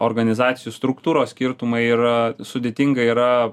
organizacijų struktūros skirtumai yra sudėtinga yra